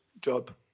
job